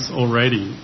already